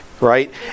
right